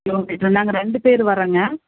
நாங்கள் ரெண்டு பேர் வறோம்ங்க